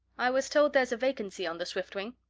i was told there's a vacancy on the swiftwing.